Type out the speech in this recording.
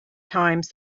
times